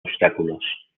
obstáculos